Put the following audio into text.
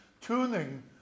tuning